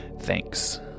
Thanks